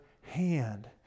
hand